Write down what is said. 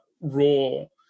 role